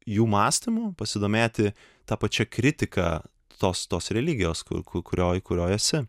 jų mąstymu pasidomėti ta pačia kritika tos tos religijos kur kurioj kurioj esi